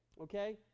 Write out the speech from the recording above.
okay